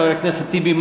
חבר הכנסת טיבי,